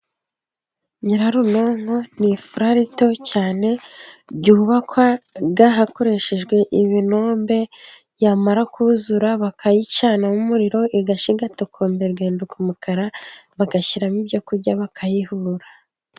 Nyirarunonko ni ifuru nto cyane. Yubakwa hakoreshejwe ibinombe, yamara kuzura, bakayicanamo umuriro. Igashya igatokombera, igahinduka umukara. bagashyiramo ibyo kurya bakayihura.